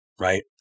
right